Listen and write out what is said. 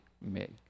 make